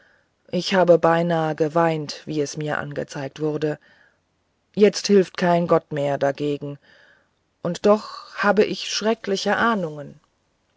ich habe beinahe geweint wie es mir angezeigt wurde jetzt hilft kein gott mehr dagegen und doch habe ich schreckliche ahnungen